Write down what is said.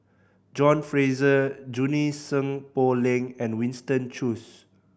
John Fraser Junie Sng Poh Leng and Winston Choos